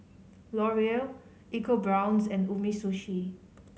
Laurier ecoBrown's and Umisushi